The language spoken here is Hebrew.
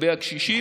לגבי הקשישים.